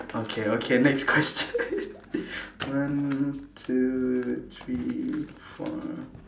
okay okay next question one two three four